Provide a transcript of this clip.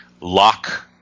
lock